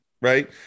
right